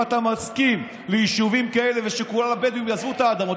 אם אתה מסכים ליישובים כאלה ושכל הבדואים יעזבו את האדמות,